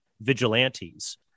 vigilantes